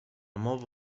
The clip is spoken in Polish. mowy